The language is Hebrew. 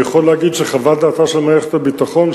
אני יכול להגיד שחוות דעתה של מערכת הביטחון,